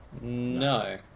No